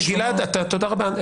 היושב-ראש --- גלעד, תודה רבה.